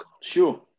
Sure